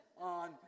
on